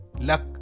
luck